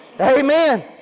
Amen